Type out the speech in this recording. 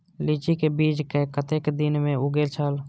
लीची के बीज कै कतेक दिन में उगे छल?